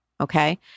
okay